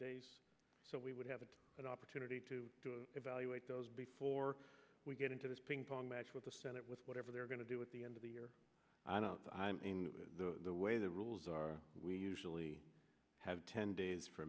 days so we would have it that opportunity to evaluate those before we get into this ping pong match with the senate with whatever they're going to do at the end of the year i don't i mean the way the rules are we usually have ten days for